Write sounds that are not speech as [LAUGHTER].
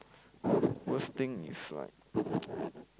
[NOISE] worst thing is like